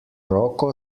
roko